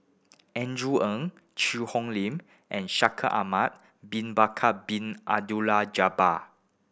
Andrew Ang Cheang Hong Lim and Shaikh Ahmad Bin Bakar Bin Abdullah Jabbar